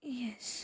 S